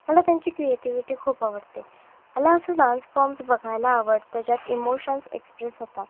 मला त्यांची क्रिएटिव्हिटी खूप आवडते मला असं डान्स फॉम्स बघायला आवडतं ज्यात इमोशन्स एक्सप्रेस होतात